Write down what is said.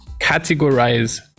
categorize